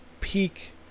peak